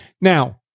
Now